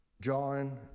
John